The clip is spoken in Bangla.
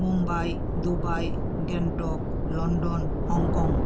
Mumbai Dubai Gangtok London Hong Kong